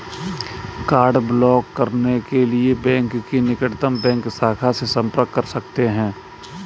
card block करने के लिए बैंक की निकटतम बैंक शाखा से संपर्क कर सकते है